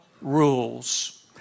rules